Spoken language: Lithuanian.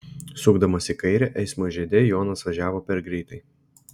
sukdamas į kairę eismo žiede jonas važiavo per greitai